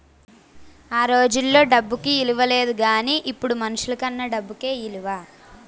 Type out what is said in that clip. ఆ రోజుల్లో డబ్బుకి ఇలువ లేదు గానీ ఇప్పుడు మనుషులకన్నా డబ్బుకే ఇలువ